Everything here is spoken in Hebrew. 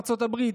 ארצות הברית,